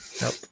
Nope